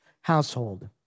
household